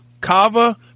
kava